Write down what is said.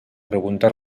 pregunta